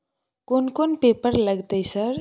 कोन कौन पेपर लगतै सर?